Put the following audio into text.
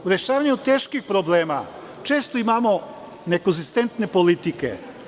U rešavanju teških problema često imamo nekonzistentne politike.